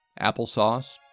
Applesauce